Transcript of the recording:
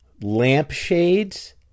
lampshades